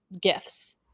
gifts